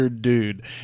dude